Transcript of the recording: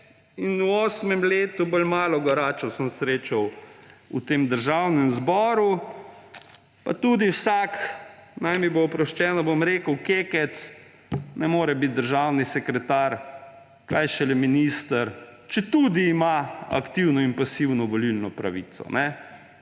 In v osmem letu sem bolj malo garačev srečal v tem državnem zboru. Pa tudi vsak, naj mi bo oproščeno, bom rekel kekec, ne more biti državni sekretar, kaj šele minister, četudi ima aktivno in pasivno volilno pravico.